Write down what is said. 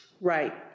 Right